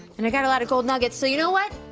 and i got a lotta gold nuggets, so you know what?